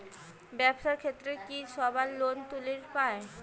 ব্যবসার ক্ষেত্রে কি সবায় লোন তুলির পায়?